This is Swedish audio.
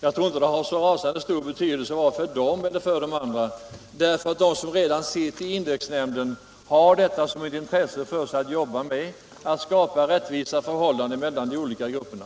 Jag tror inte att denna fråga har så rasande stor betydelse vare sig för dem eller för andra. De som redan sitter i indexnämnden har intresse av att skapa rättvisa förhållanden för de olika grupperna.